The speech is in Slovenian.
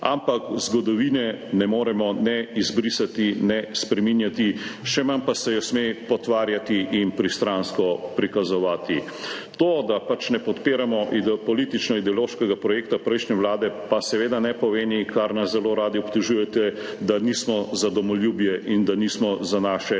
Ampak zgodovine ne moremo ne izbrisati ne spreminjati, še manj pa se jo sme potvarjati in pristransko prikazovati. To, da ne podpiramo političnoideološkega projekta prejšnje vlade, pa seveda ne pomeni, kar nas zelo radi obtožujete, da nismo za domoljubje in da nismo za naše